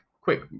quick